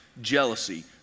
jealousy